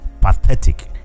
pathetic